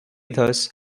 thus